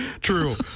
true